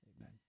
Amen